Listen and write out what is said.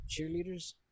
cheerleaders